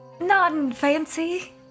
Non-fancy